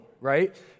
right